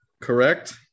Correct